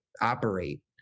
operate